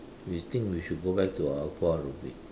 we think we should go back to our aqua aerobic